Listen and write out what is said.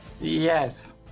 Yes